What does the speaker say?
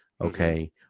Okay